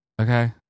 Okay